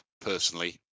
personally